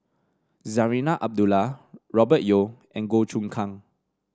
Zarinah Abdullah Robert Yeo and Goh Choon Kang